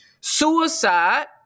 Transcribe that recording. Suicide